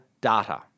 data